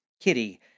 Kitty